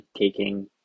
taking